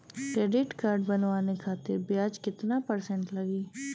Credit card बनवाने खातिर ब्याज कितना परसेंट लगी?